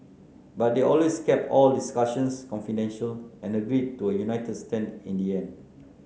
but they always kept all discussions confidential and agreed to a united stand in the end